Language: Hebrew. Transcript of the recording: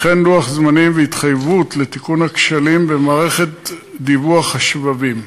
וכן לוח זמנים והתחייבות לתיקון הכשלים במערכת דיווח השבבים,